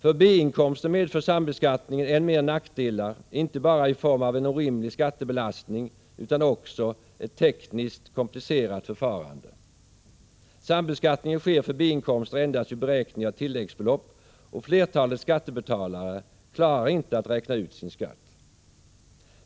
För B-inkomster medför sambeskattningen än mer nackdelar, inte bara i form av en orimlig skattebelastning utan också ett tekniskt komplicerat förfarande. Sambeskattning sker för B-inkomster endast vid beräkning av tilläggsbelopp, och flertalet skattebetalare klarar inte att räkna ut sin skatt.